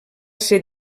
ser